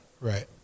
right